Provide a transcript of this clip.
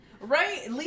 right